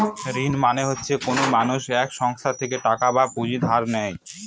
ঋণ মানে হচ্ছে কোনো মানুষ এক সংস্থা থেকে টাকা বা পুঁজি ধার নেয়